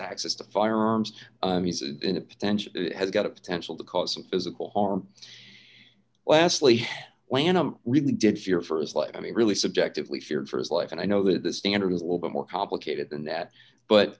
access to firearms in a potential it has got a potential to cause some physical harm lastly lanham really did fear for his life i mean really subjectively feared for his life and i know that the standard is a little bit more complicated than that but